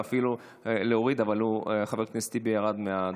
ואפילו להוריד, אבל חבר הכנסת טיבי ירד מהדוכן.